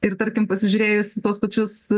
ir tarkim pasižiūrėjus į tuos pačius